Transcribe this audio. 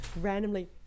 Randomly